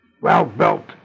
well-built